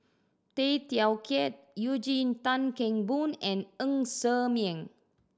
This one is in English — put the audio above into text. Tay Teow Kiat Eugene Tan Kheng Boon and Ng Ser Miang